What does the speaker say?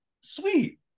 sweet